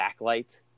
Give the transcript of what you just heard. backlight